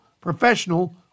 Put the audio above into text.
professional